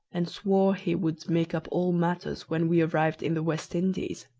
and swore he would make up all matters when we arrived in the west indies